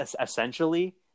essentially